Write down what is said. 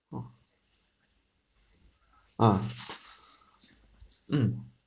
oh ah mm